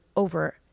Over